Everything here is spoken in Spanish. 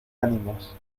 ánimos